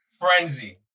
frenzy